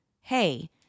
hey